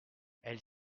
elles